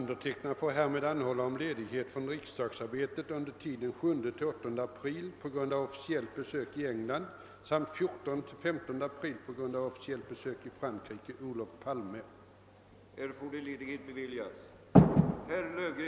Herr talman! Jag tillåter mig hemställa, att kammaren ville besluta, att tiden för avgivande av motioner i anledning av Kungl. Maj:ts proposition nr 58, angående anslag till marknadsrå